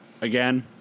again